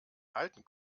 halten